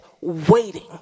waiting